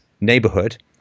neighborhood –